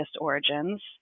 origins